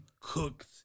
cooked